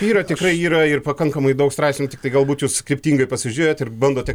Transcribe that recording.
yra tikrai yra ir pakankamai daug straipsnių tiktai galbūt jūs skirtingai pasižiūrėjot ir bandote